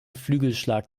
flügelschlag